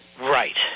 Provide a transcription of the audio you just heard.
Right